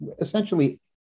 essentially